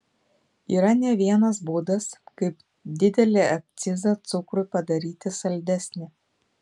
yra ne vienas būdas kaip didelį akcizą cukrui padaryti saldesnį